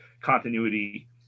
continuity